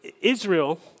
Israel